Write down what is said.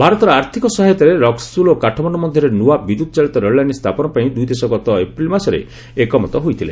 ଭାରତର ଆର୍ଥିକ ସହାୟତାରେ ରକ୍କଉଲ୍ ଓ କାଠମାଣ୍ଡୁ ମଧ୍ୟରେ ନ୍ତଆ ବିଦ୍ୟୁତ୍ ଚାଳିତ ରେଳଲାଇନ୍ ସ୍ଥାପନ ପାଇଁ ଦୁଇ ଦେଶ ଗତ ଏପ୍ରିଲ୍ ମାସରେ ଏକମତ ହୋଇଥିଲେ